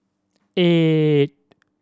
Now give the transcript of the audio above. eight